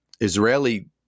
Israeli –